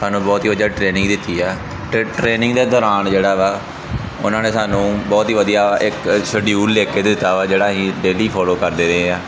ਸਾਨੂੰ ਬਹੁਤ ਹੀ ਵਧੀਆ ਟ੍ਰੇਨਿੰਗ ਦਿੱਤੀ ਆ ਅਤੇ ਟ੍ਰੇਨਿੰਗ ਦੇ ਦੌਰਾਨ ਜਿਹੜਾ ਵਾ ਉਹਨਾਂ ਨੇ ਸਾਨੂੰ ਬਹੁਤ ਹੀ ਵਧੀਆ ਇੱਕ ਸ਼ੈਡਿਊਲ ਲਿਖ ਕੇ ਦਿੱਤਾ ਵਾ ਜਿਹੜਾ ਅਸੀਂ ਡੇਲੀ ਫੋਲੋ ਕਰਦੇ ਰਹੇ ਹਾਂ